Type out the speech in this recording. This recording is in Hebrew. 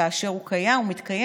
כאשר הוא מתקיים,